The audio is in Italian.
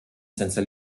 senza